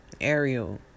Ariel